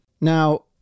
Now